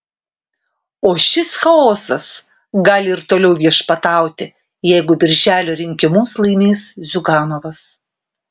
o šis chaosas gali ir toliau viešpatauti jeigu birželio rinkimus laimės ziuganovas